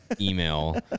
email